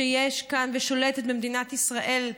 שיש כאן, ושולטת במדינת ישראל,